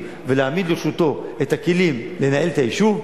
ולהעמיד לרשותו את הכלים לנהל את היישוב,